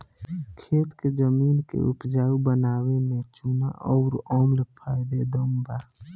खेत के जमीन के उपजाऊ बनावे में चूना अउर अम्ल फायदेमंद बा